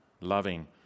loving